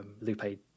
Lupe